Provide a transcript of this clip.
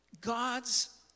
God's